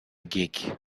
geek